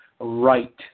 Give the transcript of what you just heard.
right